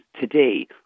today